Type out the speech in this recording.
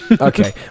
Okay